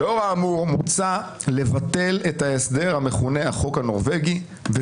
לא מוקמת כמו שקורה בעניין הנורבגי.